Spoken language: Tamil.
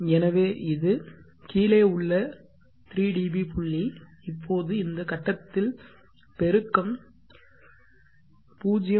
எனவே இது கீழே உள்ள 3 dB புள்ளி இப்போது இந்த கட்டத்தில் பெருக்கம் 0